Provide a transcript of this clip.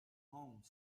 home